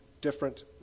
different